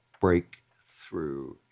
breakthrough